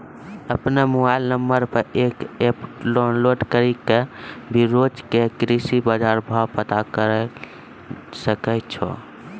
आपनो mobile number पर app download करी कॅ भी रोज के कृषि बाजार भाव पता करै ल सकै छो